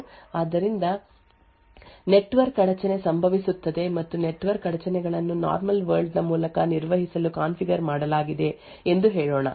ಆದ್ದರಿಂದ ಉದಾಹರಣೆಗೆ ನಾವು ಇಲ್ಲಿ ಸವಲತ್ತು ಪಡೆದ ಕೋಡ್ ಅನ್ನು ಹೊಂದಿದ್ದೇವೆ ಆದ್ದರಿಂದ ಆಂಡ್ರಾಯ್ಡ್ ಓ ಸ್ ನಲ್ಲಿರಬಹುದು ಆದ್ದರಿಂದ ನೆಟ್ವರ್ಕ್ ಅಡಚಣೆ ಸಂಭವಿಸುತ್ತದೆ ಮತ್ತು ನೆಟ್ವರ್ಕ್ ಅಡಚಣೆಗಳನ್ನು ನಾರ್ಮಲ್ ವರ್ಲ್ಡ್ ನ ಮೂಲಕ ನಿರ್ವಹಿಸಲು ಕಾನ್ಫಿಗರ್ ಮಾಡಲಾಗಿದೆ ಎಂದು ಹೇಳೋಣ